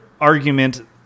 argument